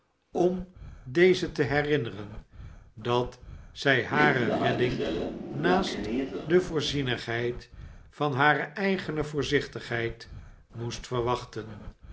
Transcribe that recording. om deze te herinneren dat zij hare redding naast de voorzienigheid van hare eigene voorzichtigheid moesten verwachten